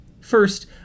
First